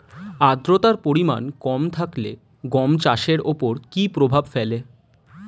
আদ্রতার পরিমাণ কম থাকলে গম চাষের ওপর কী প্রভাব ফেলে?